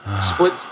split